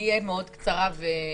אני אהיה מאוד קצרה וממוקדת.